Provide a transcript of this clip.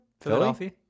Philadelphia